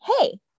Hey